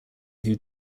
who